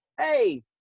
hey